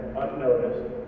unnoticed